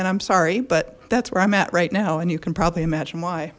and i'm sorry but that's where i'm at right now and you can probably imagine why